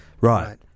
Right